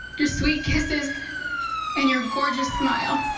this week kisses and your gorgeous smile.